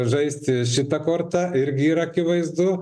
žaisti šita korta irgi yra akivaizdu